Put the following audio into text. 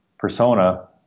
persona